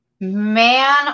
man